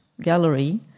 gallery